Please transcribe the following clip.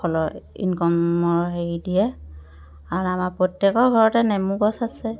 ফলৰ ইনকমৰ হেৰি দিয়ে আৰু আমাৰ প্ৰত্যেকৰ ঘৰতে নেমু গছ আছে